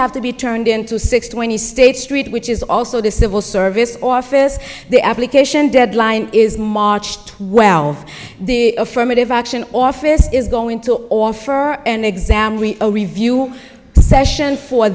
have to be turned into six twenty state street which is also the civil service office the application deadline is march twelfth the affirmative action office is going to offer an exam a review session for